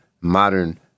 modern